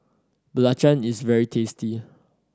belacan is very tasty